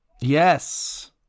yes